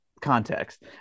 context